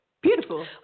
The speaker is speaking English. beautiful